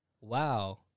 Wow